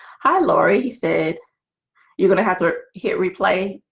hi, lori, he said you're gonna have to hit replay